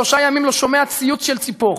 שלושה ימים לא שומע ציוץ של ציפור.